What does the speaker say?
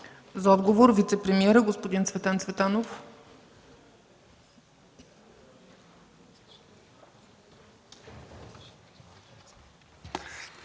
За отговор – вицепремиерът господин Цветан Цветанов.